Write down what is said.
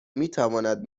میتواند